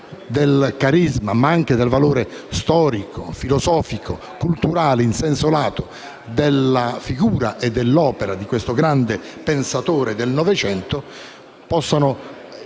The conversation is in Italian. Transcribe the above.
del carisma, ma anche del valore storico, filosofico e culturale in senso lato della figura e dell'opera di questo grande pensatore del Novecento, possa